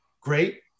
great